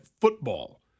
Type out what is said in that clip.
football